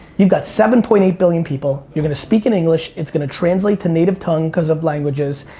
you've got seven point eight billion people. you're gonna speak in english, it's gonna translate to native tongue cause of languages.